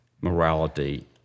morality